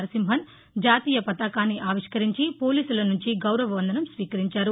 నరసింహన్ జాతీయ పతాకాన్ని ఆవిష్కరించి పోలీసుల నుంచి గౌరవవందనం స్వీకరించారు